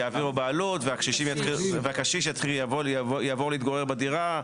יעבירו בעלות, והקשיש יתחיל, יעבור להתגורר בדירה.